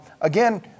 again